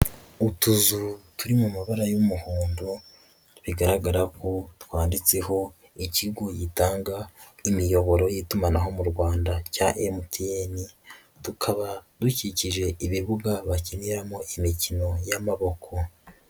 Utuzu turi mu mabara y'umuhondo bigaragara ko twanditseho ikigo gitanga imiyoboro y'itumanaho mu Rwanda cya MTN, tukaba dukikije ibibuga bakiniramo imikino y'amaboko.